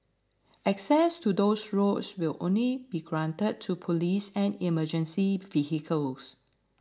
access to those roads will only be granted to police and emergency vehicles